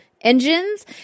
engines